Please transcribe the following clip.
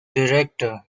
director